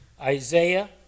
Isaiah